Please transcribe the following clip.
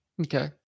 Okay